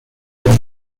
with